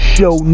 Show